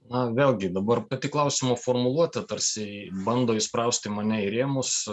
na vėlgi dabar pati klausimo formuluotė tarsi bando įsprausti mane į rėmus